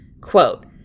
quote